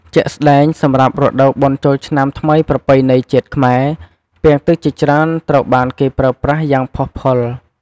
ជាក់ស្ដែង សម្រាប់រដូវបុណ្យចូលឆ្នាំថ្មីប្រពៃណីជាតិខ្មែរ ពាងទឹកជាច្រើនត្រូវបានគេប្រើប្រាស់យ៉ាងផុសផុល។